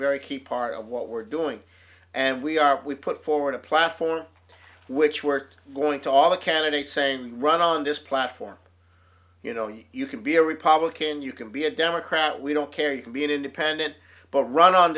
very key part of what we're doing and we are we put forward a platform which worked going to all the candidates saying we run on this platform you know you can be a republican you can be a democrat we don't care you can be an independent but run on